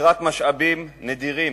עתירת משאבים נדירים,